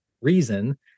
reason